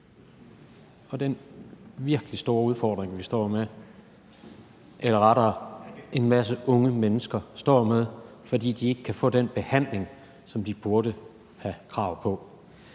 og den virkelig store udfordring, en masse unge mennesker står med, fordi de ikke kan få den behandling, som de burde have krav på.